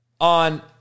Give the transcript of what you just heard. on